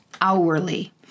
hourly